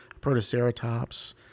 protoceratops